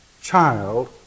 child